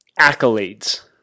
accolades